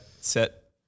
set